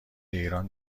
ایران